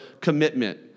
commitment